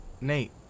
Nate